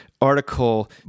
article